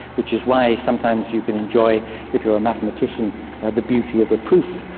which is why sometimes you can enjoy if you're a mathematician the beauty of a proof,